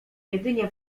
jedynie